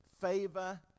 favor